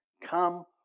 Come